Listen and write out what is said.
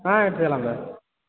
ஆ எடுத்துக்கலாம்ங்க